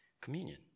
communion